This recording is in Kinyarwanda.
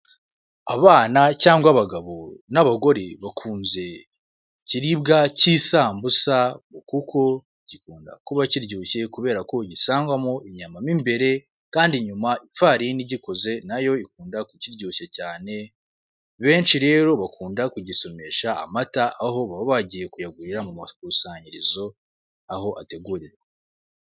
Abana cyangwa abagabo n'abagore bakunze ikiribwa cy'isambusa, kuko gikunda kuba kiryoshye kubera ko gisangwamo inyama mo imbere, kandi inyuma ifarini igikoze nayo ikunda kukiryoshya cyane, benshi rero bakunda kugisomeza amata aho baba bagiye kuyagurira mu makusanyirizo, aho ategurirwa.